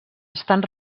estan